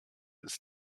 ist